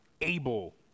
able